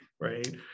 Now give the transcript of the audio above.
right